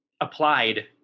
applied